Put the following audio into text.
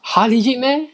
!huh! legit meh